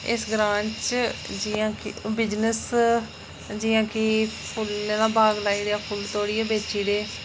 इस ग्रांऽ च जि'यां कि बिजनेस जि'यां कि फुल्लें दा बाग लाई लैओ ते फुल्ल तोड़ियै बेची ओड़े